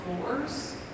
floors